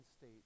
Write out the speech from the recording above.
state